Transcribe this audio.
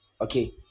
okay